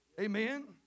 Amen